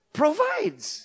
provides